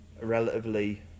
relatively